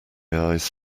eyes